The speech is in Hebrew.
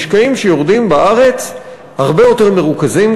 המשקעים שיורדים בארץ הרבה יותר מרוכזים.